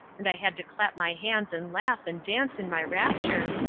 and i had to clap my hands and laugh and dance in my rapture,